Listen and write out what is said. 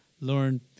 learn